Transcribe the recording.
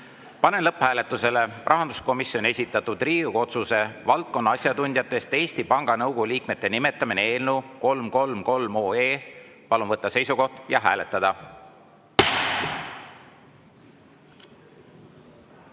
lõpphääletusele rahanduskomisjoni esitatud Riigikogu otsuse "Valdkonna asjatundjatest Eesti Panga Nõukogu liikmete nimetamine" eelnõu 333. Palun võtta seisukoht ja hääletada!